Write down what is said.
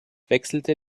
wechselte